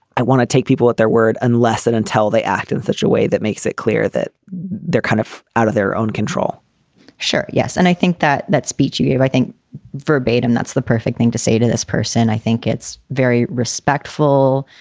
want to take people at their word unless and until they act in such a way that makes it clear that they're kind of out of their own control sure. yes. and i think that that speech you gave, i think verbatim, that's the perfect thing to say to this person i think it's very respectful,